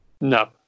no